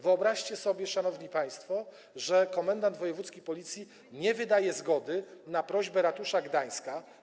Wyobraźcie sobie, szanowni państwo, że komendant wojewódzki Policji nie wydaje zgody na prośbę ratusza gdańskiego.